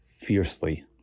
fiercely